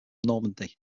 normandy